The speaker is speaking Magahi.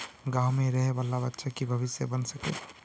गाँव में रहे वाले बच्चा की भविष्य बन सके?